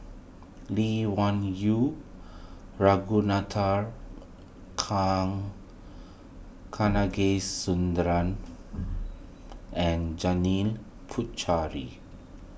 Lee Wung Yew Ragunathar Kanagasuntheram and Janil Puthucheary